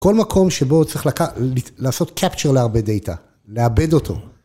כל מקום שבו צריך לעשות capture להרבה data, לעבד אותו.